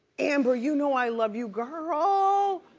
amber, you know i love you girl,